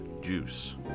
Juice